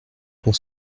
pour